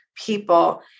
people